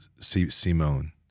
Simone